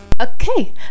okay